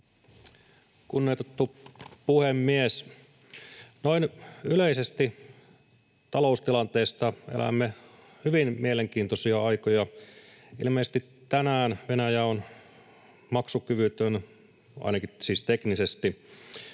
Kunnioitettu puhemies! Noin yleisesti taloustilanteesta: Elämme hyvin mielenkiintoisia aikoja. Ilmeisesti tänään Venäjä on maksukyvytön, siis ainakin teknisesti,